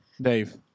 Dave